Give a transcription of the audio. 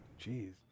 jeez